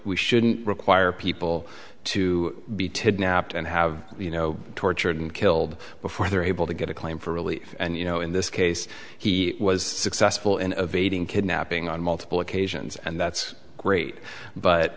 we shouldn't require people to be today napped and have you know tortured and killed before they're able to get a claim for relief and you know in this case he was successful innovating kidnapping on multiple occasions and that's great but